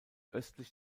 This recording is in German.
östlich